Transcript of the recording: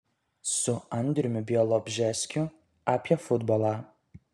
su andriumi bialobžeskiu apie futbolą